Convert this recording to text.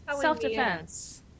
self-defense